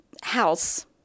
house